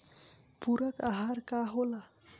पुरक अहार का होला?